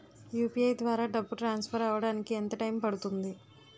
UPI ద్వారా డబ్బు transfer అవ్వడానికి ఎంత టైం పడుతుంది?